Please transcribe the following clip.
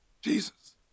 Jesus